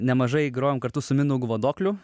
nemažai grojom kartu su mindaugu vadokliu